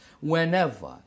Whenever